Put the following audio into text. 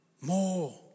More